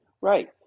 Right